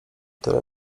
tyle